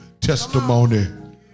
testimony